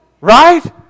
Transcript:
Right